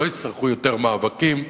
לא יצטרכו יותר מאבקים.